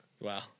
Wow